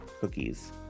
cookies